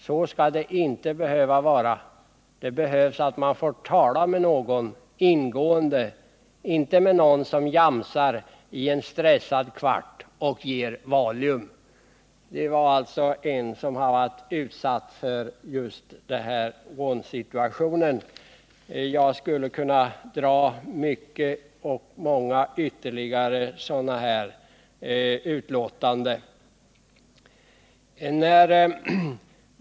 Så ska det inte behöva vara. Det behövs att man får TALA med någon, ingående. Inte med någon som jamsar med i en stressad kvart och ger Valium.” — Det var skrivet av en som varit utsatt för en rånsituation. Jag skulle kunna dra många sådana utlåtanden.